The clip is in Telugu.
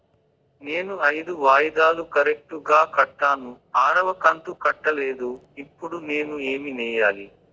నేను ఐదు వాయిదాలు కరెక్టు గా కట్టాను, ఆరవ కంతు కట్టలేదు, ఇప్పుడు నేను ఏమి సెయ్యాలి?